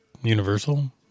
Universal